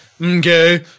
Okay